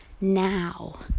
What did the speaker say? now